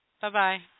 Bye-bye